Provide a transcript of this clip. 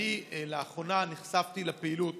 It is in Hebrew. אני לאחרונה נחשפתי לפעילות